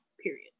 period